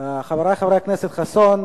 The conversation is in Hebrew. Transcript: חברי חברי הכנסת חסון,